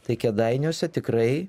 tai kėdainiuose tikrai